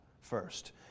first